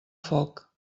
foc